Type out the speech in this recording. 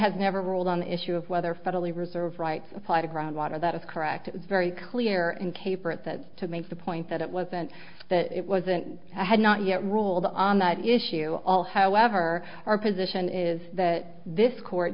has never ruled on the issue of whether federal reserve rights apply to groundwater that is correct very clear and caper at that to make the point that it wasn't that it wasn't had not yet ruled on that issue all however our position is that this court